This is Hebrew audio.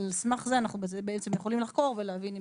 על סמך זה אנחנו יכולים לחקור ולהבין אם